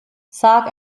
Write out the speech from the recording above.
sag